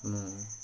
ମୁଁ